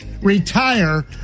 retire